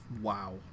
Wow